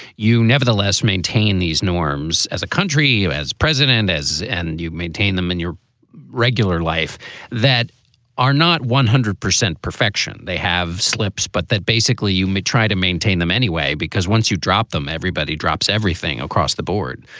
you nevertheless maintain these norms as a country, as president, as and you maintain them in your regular life that are not one hundred percent perfection. they have slips, but that basically you may try to maintain them anyway, because once you drop them, everybody drops everything across the board.